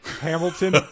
Hamilton